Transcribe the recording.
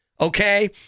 okay